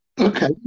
Okay